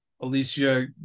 Alicia